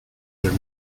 their